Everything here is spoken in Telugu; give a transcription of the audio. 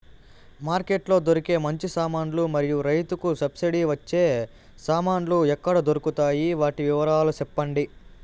మార్కెట్ లో దొరికే మంచి సామాన్లు మరియు రైతుకు సబ్సిడి వచ్చే సామాన్లు ఎక్కడ దొరుకుతాయి? వాటి వివరాలు సెప్పండి?